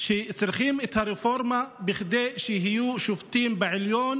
שצריכים את הרפורמה כדי שיהיו שופטים בעליון